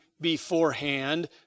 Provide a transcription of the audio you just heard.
beforehand